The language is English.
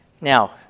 Now